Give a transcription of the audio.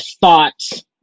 thoughts